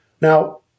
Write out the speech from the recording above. Now